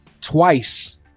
twice